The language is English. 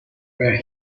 where